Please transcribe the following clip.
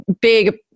big